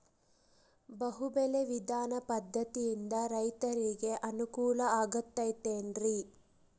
ಬಹು ಬೆಳೆ ವಿಧಾನ ಪದ್ಧತಿಯಿಂದ ರೈತರಿಗೆ ಅನುಕೂಲ ಆಗತೈತೇನ್ರಿ?